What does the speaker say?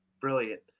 Brilliant